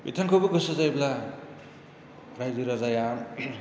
बिथांखौबो गोसो जायोब्ला राइजो राजाया